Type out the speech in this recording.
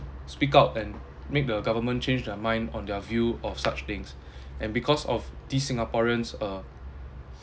speak out and make the government change their mind on their view of such things and because of these singaporeans uh